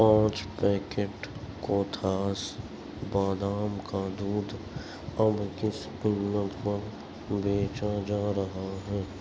پانچ پیکٹ کوتھاس بادام کا دودھ اب کس قیمت پر بیچا جا رہا ہے